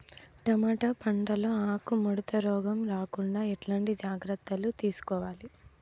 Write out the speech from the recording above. Tomato పంట లో ఆకు ముడత రోగం రాకుండా ఎట్లాంటి జాగ్రత్తలు తీసుకోవాలి?